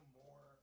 more